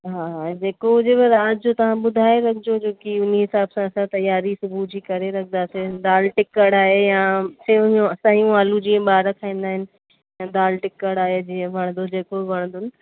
हा हा जेको हुजेव राति जो तव्हां ॿुधाए रखिजो छो की उन हिसाब सां असां तयारी सुबुह जी करे रखंदासीं दालि टिक्कड़ आहे या सिवूं सयूं आलू जीअं ॿार खाईंदा आहिनि या दालि टिक्कड़ आहे जीअं वणंदो जेको बि वणंदो